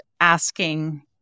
asking